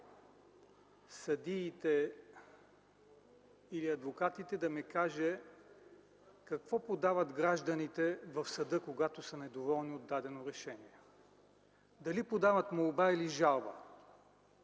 съдиите или адвокатите да ми каже какво подават гражданите в съда, когато са недоволни от дадено решение – дали подават молба или жалба?